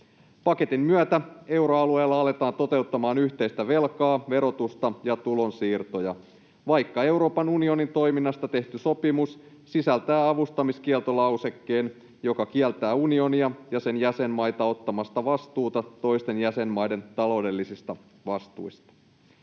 Paketin myötä euroalueella aletaan toteuttamaan yhteistä velkaa, verotusta ja tulonsiirtoja, vaikka Euroopan unionin toiminnasta tehty sopimus sisältää avustamiskieltolausekkeen, joka kieltää unionia ja sen jäsenmaita ottamasta vastuuta toisten jäsenmaiden taloudellisista vastuista.